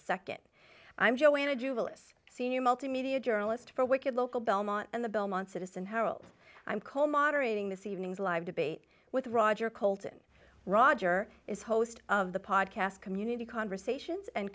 nd i'm joanna jubilees senior multimedia journalist for wicked local belmont and the belmont citizen herald i'm cole moderating this evening's live debate with roger colton roger is host of the podcast community conversations and